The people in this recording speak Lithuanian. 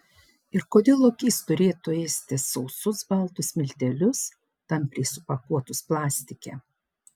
ir kodėl lokys turėtų ėsti sausus baltus miltelius tampriai supakuotus plastike